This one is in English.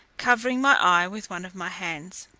covering my eye with one of my hands,